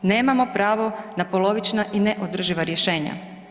Nemamo pravo na polovična i ne održiva rješenja.